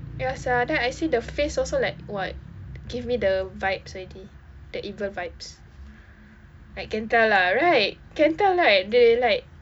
ya [sial] then I see the face also like what give me the vibes already the evil vibes like can tell lah right can tell right they like